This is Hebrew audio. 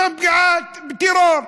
זו פגיעת טרור,